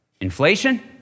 Inflation